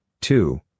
two